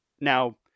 Now